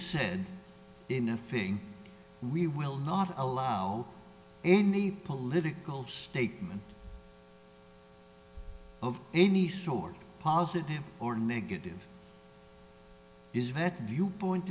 said in a fitting we will not allow any political statement of any sort positive or negative is vet viewpoint